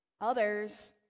others